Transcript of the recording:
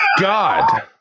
God